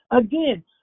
again